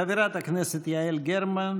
חברת הכנסת יעל גרמן,